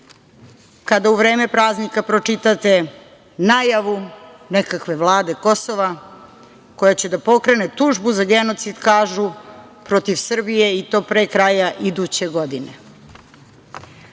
kada u vreme praznika pročitate najavu nekakve vlade Kosova koja će da pokrene tužbu za genocid, kažu, protiv Srbije i to pre kraja iduće godine. Šta